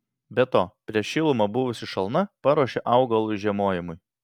be to prieš šilumą buvusi šalna paruošė augalui žiemojimui